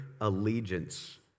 allegiance